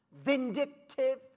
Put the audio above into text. vindictive